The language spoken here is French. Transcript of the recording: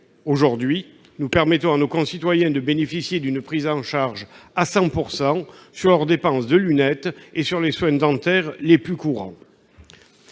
Aujourd'hui, nous permettons à nos concitoyens de bénéficier d'une prise en charge à 100 % de leurs dépenses de lunettes et des soins dentaires les plus courants.